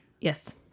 yes